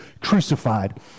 crucified